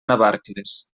navarcles